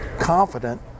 confident